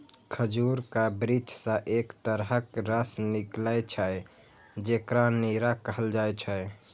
खजूरक वृक्ष सं एक तरहक रस निकलै छै, जेकरा नीरा कहल जाइ छै